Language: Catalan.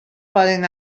poden